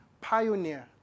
pioneer